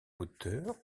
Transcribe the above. hauteur